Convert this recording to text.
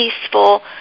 peaceful